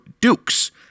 DUKES